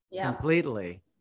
completely